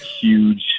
huge